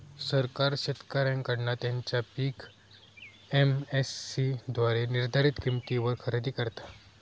सरकार शेतकऱ्यांकडना त्यांचा पीक एम.एस.सी द्वारे निर्धारीत किंमतीवर खरेदी करता